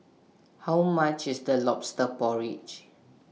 How much IS The Lobster Porridge